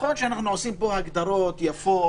נכון שאנחנו עושים פה הגדרות יפות,